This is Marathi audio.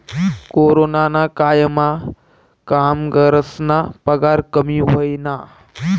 कोरोनाना कायमा कामगरस्ना पगार कमी व्हयना